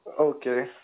Okay